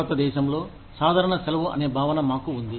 భారతదేశంలో సాధారణ సెలవు అనే భావన మాకు ఉంది